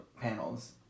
panels